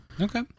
Okay